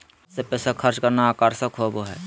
हाथ से पैसा खर्च करना आकर्षक होबो हइ